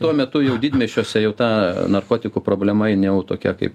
tuo metu jau didmiesčiuose jau ta narkotikų problema jin jau tokia kaip